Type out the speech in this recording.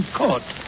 court